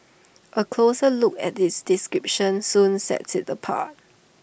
A closer look at its description soon sets IT apart